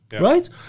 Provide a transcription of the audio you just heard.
right